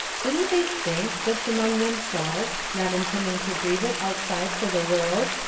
didn't they think, just among themselves, not intending to breathe it outside for the world,